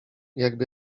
jakby